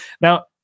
Now